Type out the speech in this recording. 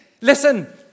Listen